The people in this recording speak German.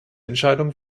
entscheidung